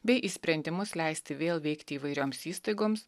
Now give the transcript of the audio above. bei į sprendimus leisti vėl veikti įvairioms įstaigoms